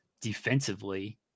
defensively